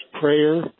Prayer